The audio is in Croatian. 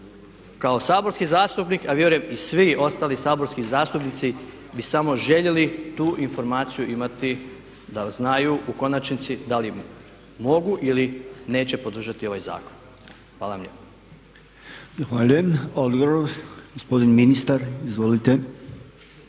Kao saborski zastupnik a vjerujem i svi ostali saborski zastupnici bi samo željeli tu informaciju imati da znaju u konačnici da li mogu ili neće podržati ovaj zakon. Hvala vam